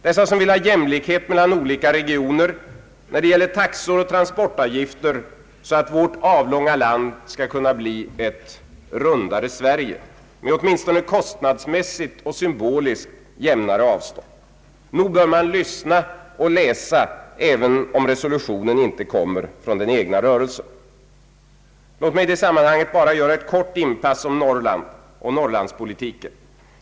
Dessa som vill ha jämlikhet mellan olika regioner när det gäller taxor och transportavgifter så att vårt avlånga land skall kunna bli ett ”rundare Sverige”, med åtminstone kostnadsmässig och symboliskt jämnare avstånd! Nog bör man lyssna och läsa även om resolutionen inte kommer från den egna rörelsen. Låt mig i detta sammanhang göra ett kort inpass om Norrland och Norrlandspolitiken.